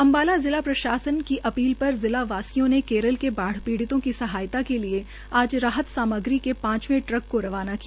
अम्बाला जिला प्रशासन की अपील पर जिला वासियों ने केरल के बाढ़ पीडि़्मों की सहायता के लिए आज राहत सामग्री के पांचवे ट्रक को रवाना किया